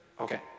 Okay